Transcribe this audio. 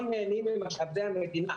אנחנו לא נהנים ממשאבי המדינה,